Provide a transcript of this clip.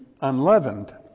unleavened